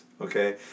Okay